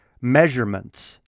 measurements